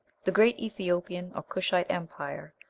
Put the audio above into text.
the great ethiopian or cushite empire,